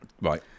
Right